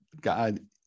God